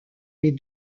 les